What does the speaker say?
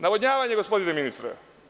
Navodnjavanje, gospodine ministre.